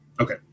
okay